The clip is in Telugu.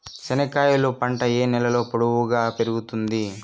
చెనక్కాయలు పంట ఏ నేలలో పొడువుగా పెరుగుతుంది?